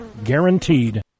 guaranteed